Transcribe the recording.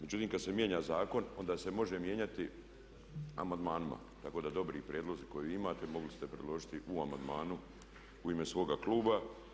Međutim, kad se mijenja zakon onda se može mijenjati amandmanima tako da dobri prijedlozi koje imate mogli ste predložiti u amandmanu u ime svoga kluba.